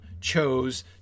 chose